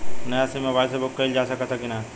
नया sim mobile से book कइलजा सकत ह कि ना?